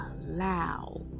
allow